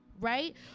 right